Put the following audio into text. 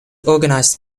organised